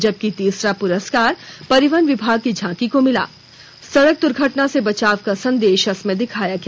जबकि तीसरा पुरस्कार परिवहन विभाग की झांकी को मिला सड़क दुर्घटना से बचाव का संदेश दिखाया गया